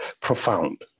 profound